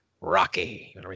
Rocky